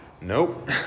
Nope